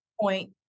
point